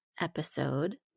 episode